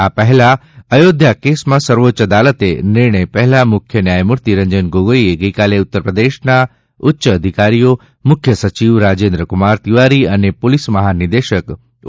આ પહેલા અયોધ્યા કેસમાં સર્વોચ્ય અદાલતે નિર્ણય પહેલાં મુખ્ય ન્યાયમૂર્તિ શ્રી રંજન ગોગાઈએ ગઇકાલે ઉત્તર પ્રદેશના ઉચ્ય અધિકારીઓ મુખ્ય સચિવ રાજેન્દ્ર કુમાર તિવારી અને પોલીસ મહાનિદેશક ઓ